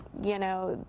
you know,